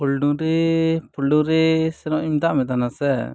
ᱯᱷᱩᱞ ᱰᱩᱝᱨᱤ ᱯᱷᱩᱞ ᱰᱩᱝᱨᱤ ᱥᱮᱱᱚᱜ ᱤᱧ ᱢᱮᱛᱟᱫ ᱢᱮ ᱛᱟᱦᱮᱱᱟ ᱥᱮ